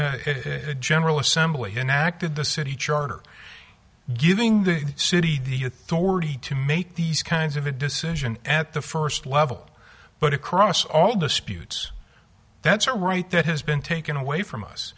general assembly enacted the city charter giving the city already to make these kinds of a decision at the first level but across all disputes that's a right that has been taken away from us